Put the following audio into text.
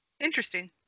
Interesting